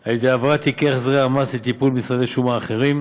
על ידי העברת תיקי החזרי המס לטיפול משרדי שומה אחרים.